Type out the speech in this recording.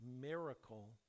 miracle